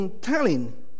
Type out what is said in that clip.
telling